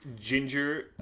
Ginger